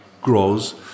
grows